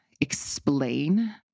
explain